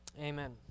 Amen